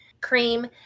cream